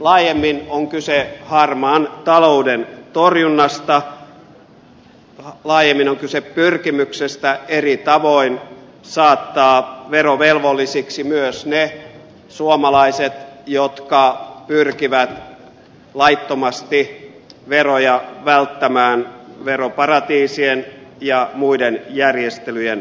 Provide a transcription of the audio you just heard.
laajemmin on kyse harmaan talouden torjunnasta laajemmin on kyse pyrkimyksestä eri tavoin saattaa verovelvollisiksi myös ne suomalaiset jotka pyrkivät laittomasti veroja välttämään veroparatiisien ja muiden järjestelyjen avulla